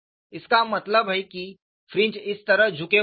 इसका मतलब है कि फ्रिंज इस तरह झुके हुए हैं